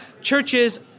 churches